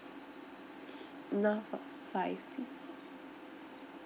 enough for five peo~